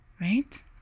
right